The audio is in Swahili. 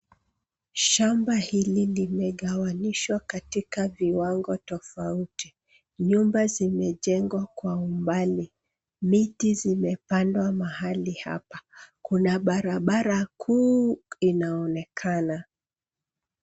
Shamba hili limegawanyishwa katika viwango tofauti. Nyumba zimejengwa kwa umbali. Miti zimepandwa mahali hapa. Kuna barabara kuu inaonekana.